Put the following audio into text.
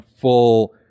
full